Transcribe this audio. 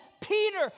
Peter